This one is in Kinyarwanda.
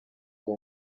ubu